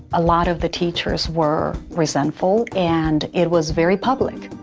a lot of the teachers were resentful and it was very public.